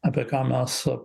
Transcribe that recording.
apie ką mes a